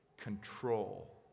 control